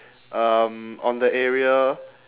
um on the area